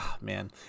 man